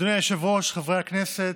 אדוני היושב-ראש, חברי הכנסת,